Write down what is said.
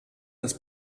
des